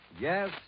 Yes